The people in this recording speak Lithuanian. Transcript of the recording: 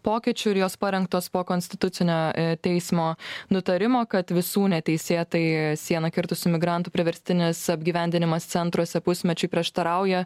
pokyčių ir jos parengtos po konstitucinio teismo nutarimo kad visų neteisėtai sieną kirtusių migrantų priverstinis apgyvendinimas centruose pusmečiui prieštarauja